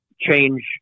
change